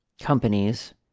companies